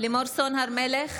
לימור סון הר מלך,